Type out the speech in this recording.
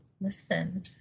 Listen